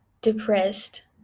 depressed